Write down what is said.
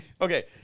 Okay